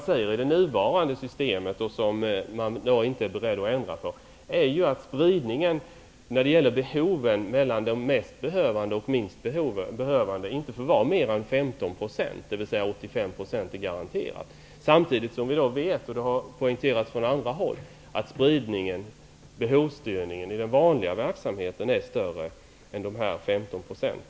I det nuvarande systemet sägs det att spridningen när det gäller behoven för de mest resp. minst behövande inte får vara mer än 15 %, dvs. man garanterar 85 %, något som man inte är beredd att ändra på. Samtidigt vet vi, vilket också från andra håll poängterats, att spridningen, behovsstyrningen, i den vanliga verksamheten är större än dessa 15 %.